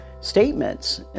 statements